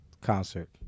concert